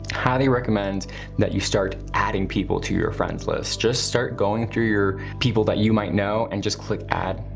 highly recommend that you start adding people to your friends list. just start going through your people that you might know and just click add,